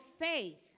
faith